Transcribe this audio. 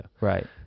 Right